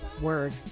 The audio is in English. Word